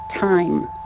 time